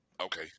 Okay